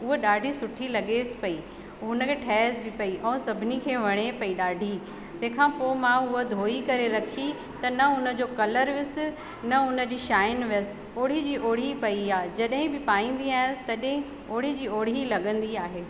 हूअ ॾाढी सुठी लगेसि पई हुनखे ठयसि बि पई ऐं सभिनी खे वणे पई ॾाढी तंहिंखां पोइ मां हूअ धोई करे रखी त न हुनजो कलर वियसि न हुनजी शाइन वयसि ओहिड़ी जी ओहिड़ी पई आहे जॾहिं बि पाईंदी आयांसि तॾहिं ओहिड़ी जी ओहिड़ी ई लगंदी आहे